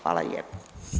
Hvala lijepo.